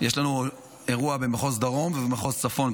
יש לנו אירוע במחוז דרום ובמחוז צפון,